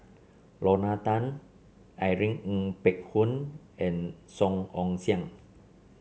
Lorna Tan Irene Ng Phek Hoong and Song Ong Siang